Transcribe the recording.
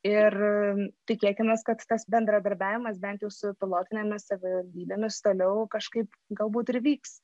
ir tikėkimės kad tas bendradarbiavimas bent jau su pilotinėmis savivaldybėmis toliau kažkaip galbūt ir vyks